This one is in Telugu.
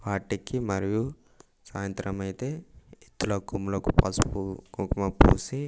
వాటికి మరియు సాయంత్రం అయితే ఎద్దుల కొమ్ములకు పసుపు కుంకుమ పూసి